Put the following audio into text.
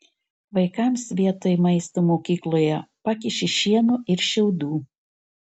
vaikams vietoj maisto mokykloje pakiši šieno ir šiaudų